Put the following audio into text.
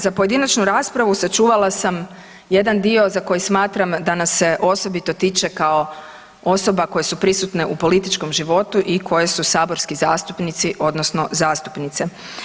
Za pojedinačnu raspravu sačuvala sam jedan dio za koji smatram da nas se osobito tiče kao osobe koje su prisutne u političkom životu i koje su saborski zastupnici odnosno zastupnice.